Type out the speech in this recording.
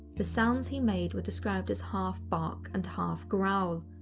the sounds he made were described as half bark and half growl.